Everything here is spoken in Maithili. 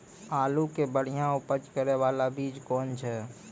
आलू के बढ़िया उपज करे बाला बीज कौन छ?